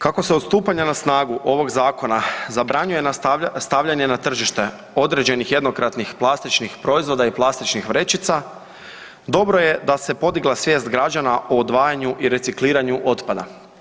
Kako se od stupanja na snagu ovog Zakona zabranjuje stavljanje na tržište određenih jednokratnih plastičnih proizvoda i plastičnih vrećica, dobro je da se podigla svijest građana o odvajanju i recikliranju otpada.